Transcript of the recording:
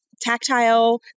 tactile